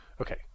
Okay